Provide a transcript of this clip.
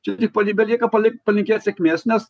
čia tik pali belieka palin palinkėt sėkmės nes